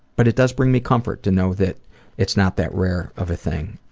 but it does bring me comfort to know that it's not that rare of a thing.